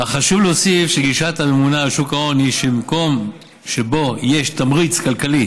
אך חשוב להוסיף שגישת הממונה על שוק ההון היא שמקום שבו יש תמריץ כלכלי